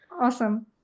awesome